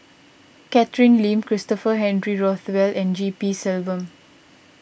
Catherine Lim Christopher Henry Rothwell and G P Selvam